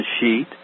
sheet